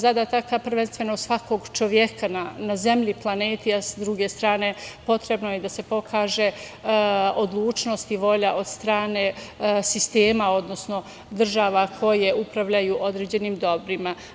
zadataka, prvenstveno svakog čoveka na zemlji Planeti, a sa druge strane, potrebno je da se pokaže odlučnost i volja od strane sistema, odnosno država koje upravljaju određenim dobrima.